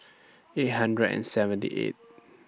eight hundred and seventy eighth